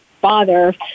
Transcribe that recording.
father